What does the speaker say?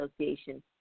Association